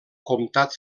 comtat